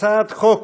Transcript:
הצעת חוק